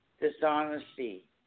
dishonesty